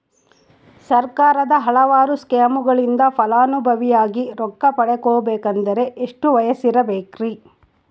ಸರ್ಕಾರದ ಹಲವಾರು ಸ್ಕೇಮುಗಳಿಂದ ಫಲಾನುಭವಿಯಾಗಿ ರೊಕ್ಕ ಪಡಕೊಬೇಕಂದರೆ ಎಷ್ಟು ವಯಸ್ಸಿರಬೇಕ್ರಿ?